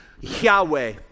Yahweh